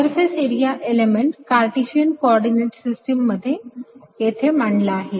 तर surface area element Cartesian coordinate system मध्ये येथे मांडला आहे